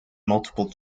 multiple